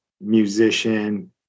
musician